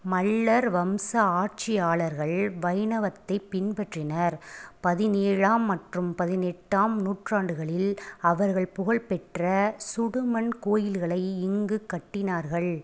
மல்லர் வம்ச ஆட்சியாளர்கள் வைணவத்தைப் பின்பற்றினர் பதினேழாம் மற்றும் பதினெட்டாம் நூற்றாண்டுகளில் அவர்கள் புகழ்பெற்ற சுடுமண் கோயில்களை இங்கு கட்டினார்கள்